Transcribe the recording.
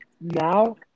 Now